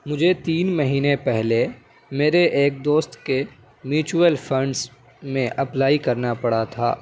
مجھے تین مہینے پہلے میرے ایک دوست کے میچول فنڈس میں اپلائی کرنا پڑا تھا